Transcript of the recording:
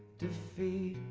defeat